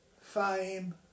fame